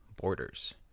borders